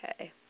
Okay